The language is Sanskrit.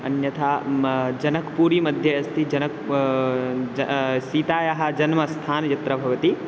अन्यथा म जनकपुरीमध्ये अस्ति जनकः सीतायाः जन्मस्थानं यत्र भवति